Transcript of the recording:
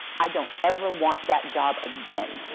i don't ever want that job again.